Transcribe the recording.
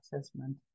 assessment